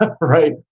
Right